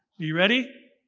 you ready?